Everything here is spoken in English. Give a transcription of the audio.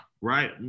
right